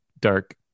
dark